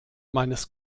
meines